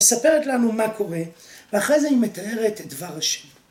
‫מספרת לנו מה קורה, ‫ואחרי זה היא מתארת את דבר השני.